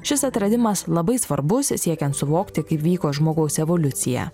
šis atradimas labai svarbus siekiant suvokti kaip vyko žmogaus evoliucija